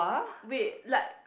wait like